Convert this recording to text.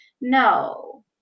no